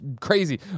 crazy